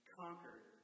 conquered